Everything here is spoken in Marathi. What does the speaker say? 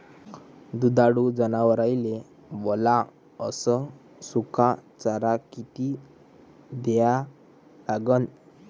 दुधाळू जनावराइले वला अस सुका चारा किती द्या लागन?